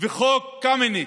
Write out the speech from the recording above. וחוק קמיניץ,